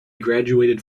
graduated